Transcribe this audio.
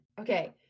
Okay